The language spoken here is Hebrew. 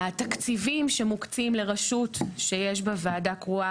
התקציבים שמוקצים לרשות שיש בה ועדה קרואה